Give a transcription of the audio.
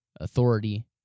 authority